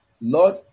Lord